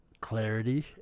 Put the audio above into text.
clarity